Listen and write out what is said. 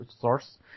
source